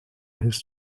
his